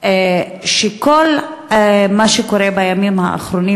שכל מה שקורה בימים האחרונים,